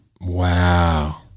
Wow